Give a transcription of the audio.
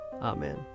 Amen